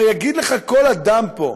הרי יגיד לך כל אדם פה,